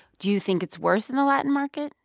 do you think it's worse in the latin market?